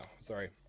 sorry